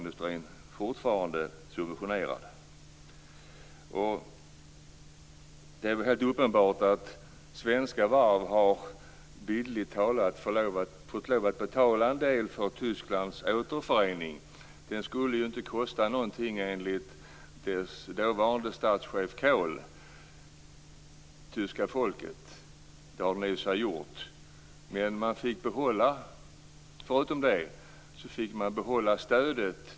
Det är väl helt uppenbart att svenska varv bildligt talat har fått betala en del för Tysklands återförening. Den skulle ju inte kosta det tyska folket någonting enligt den dåvarande statschefen Kohl. Det har den i och för sig gjort. Man fick behålla stödet till varven. EU godkände detta.